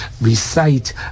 recite